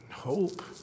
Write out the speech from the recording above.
hope